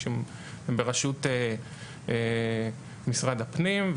היא בראשות משרד הפנים,